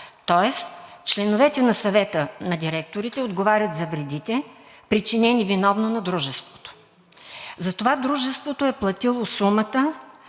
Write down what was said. тоест членовете на Съвета на директорите отговарят за вредите, причинени виновно на дружеството. За това дружеството е платило сумата